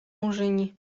murzyni